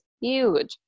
huge